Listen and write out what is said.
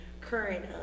current